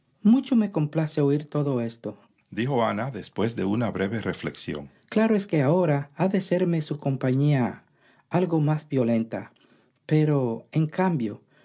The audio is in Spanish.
mucho me complace oír todo estodijo ana después de una breve reflexión claro es que ahora ha de serme su compañía algo más violenta pero en cambio